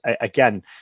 again